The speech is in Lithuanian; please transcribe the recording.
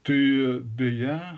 tai beje